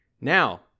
Now